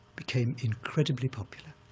became incredibly popular.